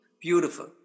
Beautiful